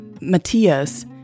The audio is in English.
Matthias